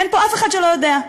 אין פה אף אחד שלא יודע.